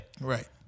Right